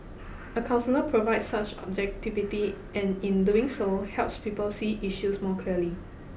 a counsellor provide such objectivity and in doing so helps people see issues more clearly